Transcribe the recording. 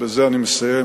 ובזה אני מסיים,